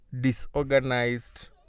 disorganized